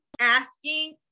asking